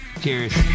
Cheers